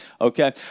Okay